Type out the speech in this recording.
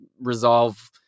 resolve